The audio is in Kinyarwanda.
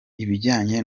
ibijyanye